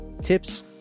tips